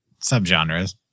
subgenres